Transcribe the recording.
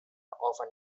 often